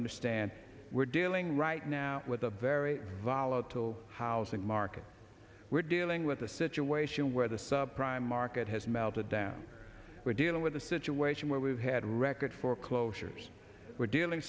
understand we're dealing right now with a very volatile housing market we're dealing with a situation where the sub prime market has melted down we're dealing with a situation where we've had record foreclosures we're dealing